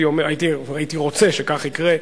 הייתי רוצה שכך יקרה,